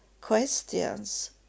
questions